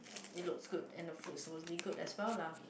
it's look good and the good was really good as well lah